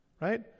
Right